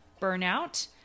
burnout